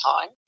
time